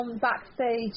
Backstage